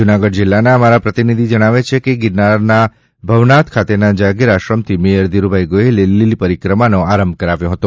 જૂનાગઢ જિલ્લાના અમારા પ્રતિનિધિ જણાવે છે કે ગિરનારના ભવનાથ ખાતેના જાગીર આશ્રમથી મેયર ધીરુભાઈ ગોહિલે લીલી પરિકમાનો આરંભ કરાવ્યો હતો